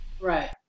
Right